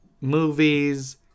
movies